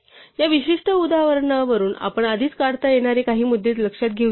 या विशिष्ट उदाहरणावरून आपण आधीच काढता येणारे काही मुद्दे लक्षात घेऊया